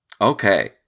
Okay